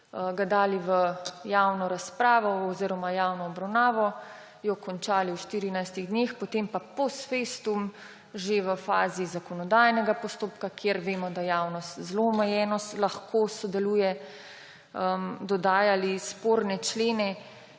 ga dali v javno razpravo oziroma javno obravnavo, jo končali v 14 dneh, potem pa post festum že v fazi zakonodajnega postopka, kjer vemo, da javnost lahko sodeluje zelo omejeno, dodajali sporne člene,